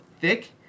thick